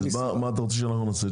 אז מה אתה רוצה שאנחנו נעשה?